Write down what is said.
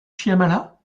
shyamala